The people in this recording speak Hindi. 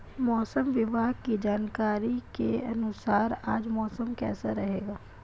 मौसम विभाग की जानकारी के अनुसार आज मौसम कैसा रहेगा?